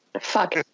Fuck